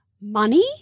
money